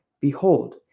Behold